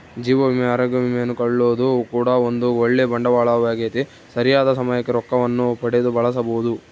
ಜೀವ ವಿಮೆ, ಅರೋಗ್ಯ ವಿಮೆಯನ್ನು ಕೊಳ್ಳೊದು ಕೂಡ ಒಂದು ಓಳ್ಳೆ ಬಂಡವಾಳವಾಗೆತೆ, ಸರಿಯಾದ ಸಮಯಕ್ಕೆ ರೊಕ್ಕವನ್ನು ಪಡೆದು ಬಳಸಬೊದು